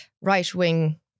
right-wing